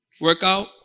workout